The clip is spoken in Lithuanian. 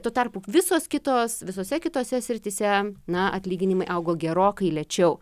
tuo tarpu visos kitos visose kitose srityse na atlyginimai augo gerokai lėčiau